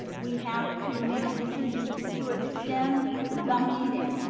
we have to make a decision to extend the meeting.